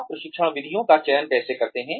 आप प्रशिक्षण विधियों का चयन कैसे करते हैं